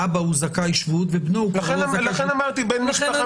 האבא זכאי שבות- -- לכן אמרתי בן למשפחה